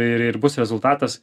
ir ir bus rezultatas